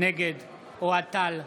נגד אוהד טל,